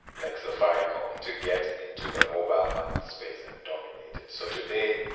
like safaricom, to get into the mobile money space and dominate it. so today,